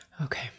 Okay